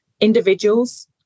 individuals